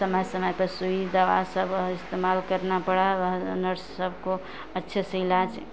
समय समय पर सुई दवा सब इस्तेमाल करना पड़ा नर्स सबको अच्छे से इलाज